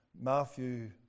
Matthew